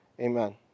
Amen